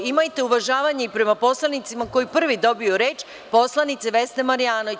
Imajte uvažavanje prema poslanicima koji prvi dobiju reč, poslanice Vesna Marjanović.